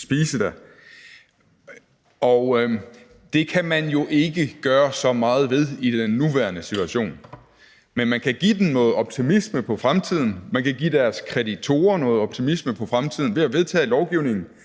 spise der, og det kan man jo ikke gøre så meget ved i den nuværende situation. Men man kan give dem noget optimisme på fremtiden, man kan give deres kreditorer noget optimisme på fremtiden ved at vedtage en lovgivning,